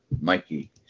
Mikey